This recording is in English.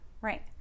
right